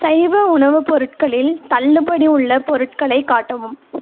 சைவ உணவு பொருட்களில் தள்ளுபடி உள்ள பொருட்களை காட்டவும்